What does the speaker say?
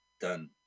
Done